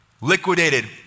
Liquidated